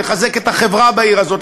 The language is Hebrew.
לחזק את החברה בעיר הזאת,